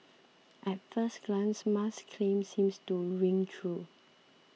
at first glance Musk's claim seems to ring true